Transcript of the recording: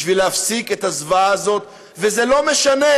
כדי להפסיק את הזוועה הזאת, ולא משנה